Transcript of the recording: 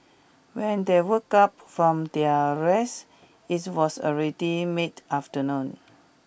when they woke up from their rest it was already mid afternoon